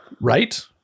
right